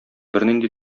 бернинди